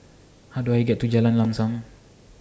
How Do I get to Jalan Lam SAM